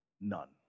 None